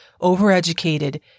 overeducated